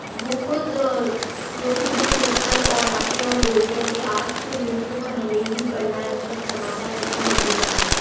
वो ख़ुद रोज़ सुबह सुबह उठ कर और आते हैं और बोलते हैं कि आज तो न्यूज़ पेपर हमें ही पढ़ना है मतलब समाचार पत्र हमें ही पढ़ना है